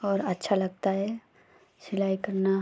और अच्छा लगता है सिलाई करना